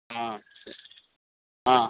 ஆ சரி ஆ